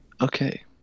Okay